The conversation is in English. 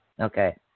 okay